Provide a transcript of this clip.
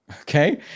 okay